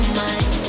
mind